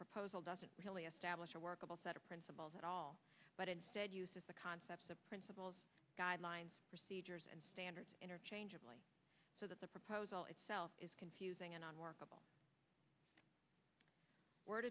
proposal doesn't really a stablish or workable set of principles at all but instead uses the concepts of principles guidelines procedures and standards interchangeably so that the proposal itself is confusing an unworkable word